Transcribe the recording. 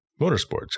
motorsports